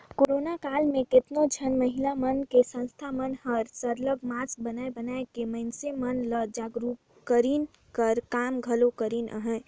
corona काल म केतनो झन महिला मन के संस्था मन हर सरलग मास्क बनाए बनाए के मइनसे मन ल जागरूक करे कर काम घलो करिन अहें